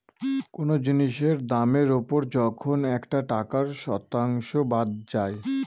কোনো জিনিসের দামের ওপর যখন একটা টাকার শতাংশ বাদ যায়